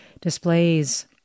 displays